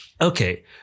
Okay